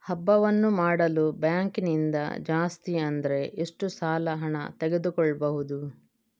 ಹಬ್ಬವನ್ನು ಮಾಡಲು ಬ್ಯಾಂಕ್ ನಿಂದ ಜಾಸ್ತಿ ಅಂದ್ರೆ ಎಷ್ಟು ಸಾಲ ಹಣ ತೆಗೆದುಕೊಳ್ಳಬಹುದು?